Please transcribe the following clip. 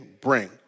bring